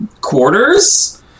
quarters